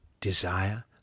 desire